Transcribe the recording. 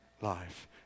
life